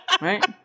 Right